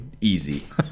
easy